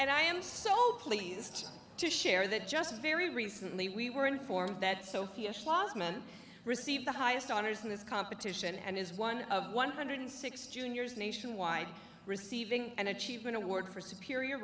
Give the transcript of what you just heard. and i am so pleased to share that just very recently we were informed that sophia schlozman received the highest honors in this competition and is one of one hundred sixteen years nationwide receiving an achievement award for superior